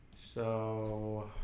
so